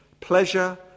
pleasure